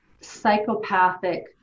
Psychopathic